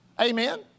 Amen